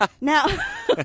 Now